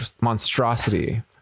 monstrosity